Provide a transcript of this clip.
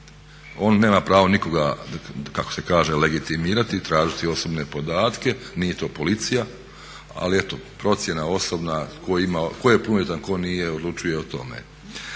On nema pravo nikoga kako se kaže legitimirati i tražiti osobne podatke, nije to policija, ali eto procjena osobna ko je punoljetan, ko nije odlučuje o tome.